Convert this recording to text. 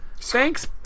Thanks